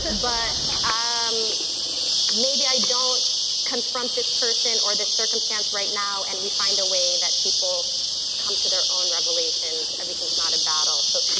but, maybe um maybe i don't confront this person or this circumstance right now and we find a way that people come to their own revelations. everything's not a battle. so